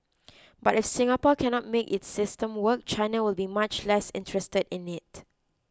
but if Singapore cannot make its system work China will be much less interested in it